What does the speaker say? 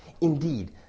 Indeed